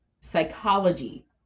psychology